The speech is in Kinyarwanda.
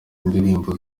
indirimbo